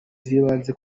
z’ibanze